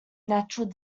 natural